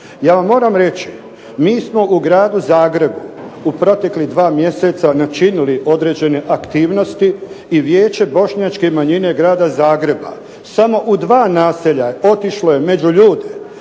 Ja vam moram reći mi smo u gradu Zagrebu u proteklih dva mjeseca načinili određene aktivnosti i Vijeće bošnjačke manjine grada Zagreba samo u dva naselja otišlo je među ljude